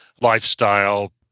lifestyle